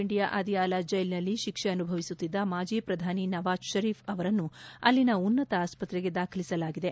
ಪಾಕಿಸ್ತಾನದ ರಾವಲ್ಪಿಂಡಿಯ ಅದಿಯಾಲ ಜೈಲ್ನಲ್ಲಿ ಶಿಕ್ಷೆ ಅನುಭವಿಸುತ್ತಿದ್ದ ಮಾಜಿ ಪ್ರಧಾನಿ ನವಾಜ್ ಪರೀಫ್ ಅವರನ್ನು ಅಲ್ಲಿನ ಉನ್ನತ ಆಸ್ತ್ರೆಗೆ ದಾಖಲಿಸಲಾಗಿದೆ